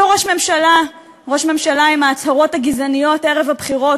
אותו ראש ממשלה עם ההצהרות הגזעניות ערב הבחירות,